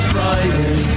Friday